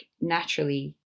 naturally